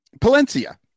Palencia